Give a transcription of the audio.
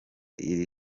iri